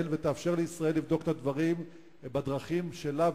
ותאפשר לישראל לבדוק את הדברים בדרכים שלה,